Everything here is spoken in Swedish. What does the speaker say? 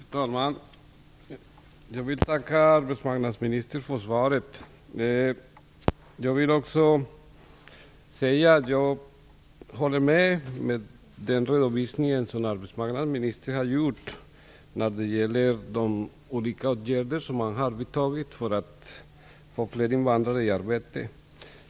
Herr talman! Jag vill tacka arbetsmarknadsministern för svaret. Jag vill också säga att jag håller med om den redovisning som arbetsmarknadsministern har gjort när det gäller de olika åtgärder som man har vidtagit för att få fler invandrare i arbete.